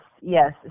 yes